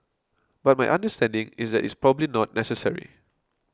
but my understanding is that it's probably not necessary